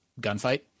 gunfight